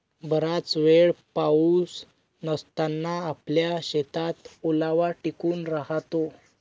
बराच वेळ पाऊस नसताना आपल्या शेतात ओलावा टिकून राहतो